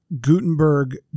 Gutenberg